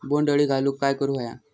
बोंड अळी घालवूक काय करू व्हया?